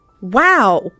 Wow